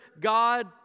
God